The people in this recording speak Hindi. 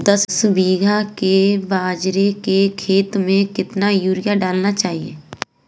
दस बीघा के बाजरे के खेत में कितनी यूरिया डालनी चाहिए?